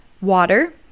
water